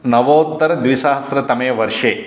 नवोत्तरद्विसहस्रतमे वर्षे